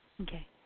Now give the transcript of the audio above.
Okay